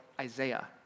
Isaiah